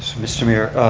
mr. mayor,